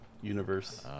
universe